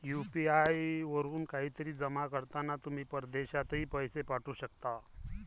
UPI वरून काहीतरी जमा करताना तुम्ही परदेशातही पैसे पाठवू शकता